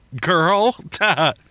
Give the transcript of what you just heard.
girl